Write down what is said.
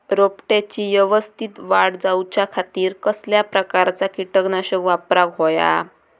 रोपट्याची यवस्तित वाढ जाऊच्या खातीर कसल्या प्रकारचा किटकनाशक वापराक होया?